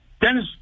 Dennis